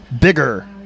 bigger